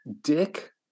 Dick